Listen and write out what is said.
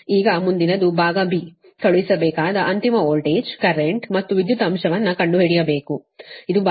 ಈಗ ಮುಂದಿನದು ಭಾಗ ಕಳುಹಿಸಬೇಕಾದ ಅಂತಿಮ ವೋಲ್ಟೇಜ್ ಕರೆಂಟ್ ಮತ್ತು ವಿದ್ಯುತ್ ಅಂಶವನ್ನು ಕಂಡುಹಿಡಿಯಬೇಕು ಇದು ಭಾಗ